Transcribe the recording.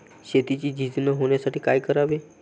शेतीची झीज न होण्यासाठी काय करावे?